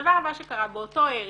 הדבר הבא שקרה באותו ערב,